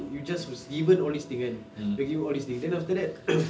you just even all these things kan they give all these things then after that